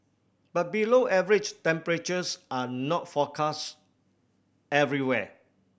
but below average temperatures are not forecast everywhere